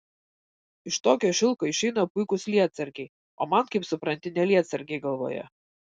iš tokio šilko išeina puikūs lietsargiai o man kaip supranti ne lietsargiai galvoje